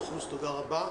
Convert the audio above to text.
תודה רבה.